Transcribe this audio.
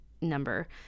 number